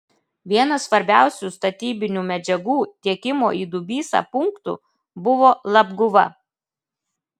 vienas svarbiausių statybinių medžiagų tiekimo į dubysą punktų buvo labguva